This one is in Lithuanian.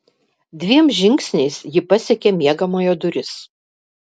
dviem žingsniais ji pasiekė miegamojo duris